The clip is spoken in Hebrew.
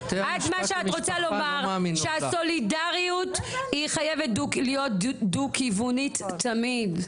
את מה שאת רוצה לומר שהסולידריות היא חייבת להיות דו קיומית תמיד,